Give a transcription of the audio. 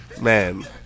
Man